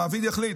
המעביד יחליט.